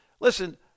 listen